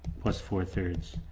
plus four thirds,